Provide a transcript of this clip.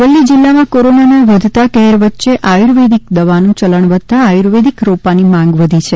અરવલ્લી જીલ્લામાં કોરોનાના વધતા કહેર વચ્ચે આયુર્વેદિક દવાનું યલણ વધતાં આયુર્વેદિક રોપાની માંગ વધી છે